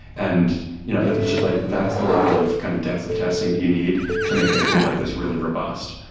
and you know it's just like that's the level of kind of depths of testing that you need to make a tool like this really robust.